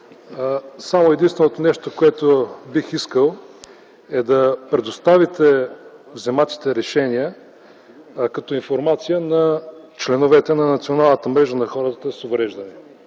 Единственото нещо, което бих искал, е да предоставите взетите решения като информация на членовете на Националната мрежа на хората с увреждания,